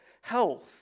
health